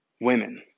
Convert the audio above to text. women